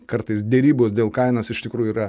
kartais derybos dėl kainos iš tikrųjų yra